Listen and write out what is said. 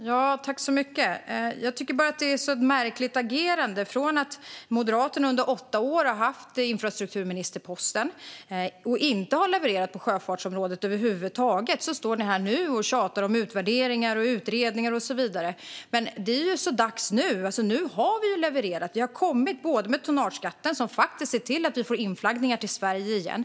Fru talman! Jag tycker bara att det är ett märkligt agerande: Moderaterna hade infrastrukturministerposten i åtta år och levererade inte över huvud taget på sjöfartsområdet, Maria Stockhaus, och nu står ni här och tjatar om utvärderingar, utredningar och så vidare. Det är ju så dags nu. Nu har vi levererat. Vi har kommit med tonnageskatten, som faktiskt ser till att vi får inflaggningar till Sverige igen.